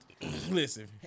Listen